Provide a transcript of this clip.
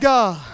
God